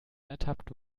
ertappt